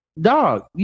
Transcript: dog